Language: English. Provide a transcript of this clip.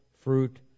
fruit